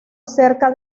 cerca